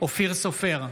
אופיר סופר,